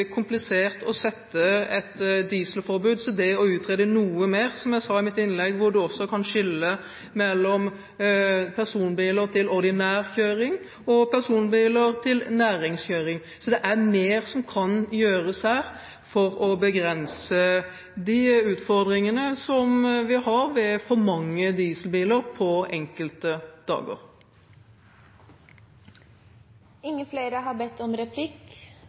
komplisert å sette et dieselforbud, og som jeg sa i mitt innlegg, må det utredes noe mer, også det å skille mellom personbiler til ordinær kjøring og personbiler til næringskjøring. Så her er det mer som kan gjøres for å begrense de utfordringene som vi har ved for mange dieselbiler på enkelte dager. Replikkordskiftet er omme. I slutten av mai åpner Hordamuseet en utstilling om